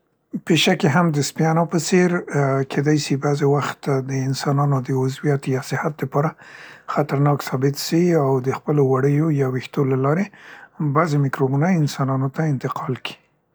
پیشکې هم د سپیانو په څير اا کیدای سي بعضې وخت د انسانانو د عضویت یا صحت د پاره خطرناک ثابت سي او د خپلو وړیو یا ویښتو له لارې بعضې میکروبونه انسانانو ته انتقال کي.